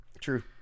True